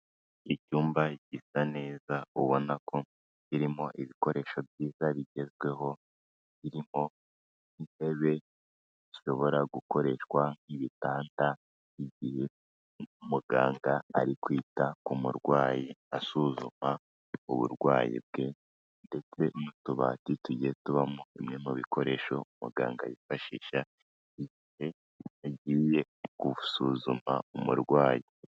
Icyumba gisa neza ubona ko kirimo ibikoresho byiza bigezweho, birimo intebe zishobora gukoreshwa nk'ibitanda igihe muganga ari kwita ku murwayi, asuzuma uburwayi bwe, ndetse n'utubati tugiye tubamo bimwe mu bikoresho muganga yifashisha, igihe agiye gusuzuma umurwayi.